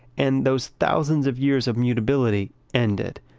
and those thousands of years of mutability ended.